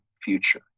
future